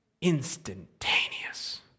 instantaneous